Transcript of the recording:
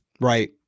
Right